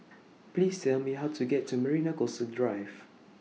Please Tell Me How to get to Marina Coastal Drive